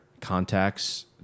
contacts